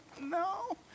no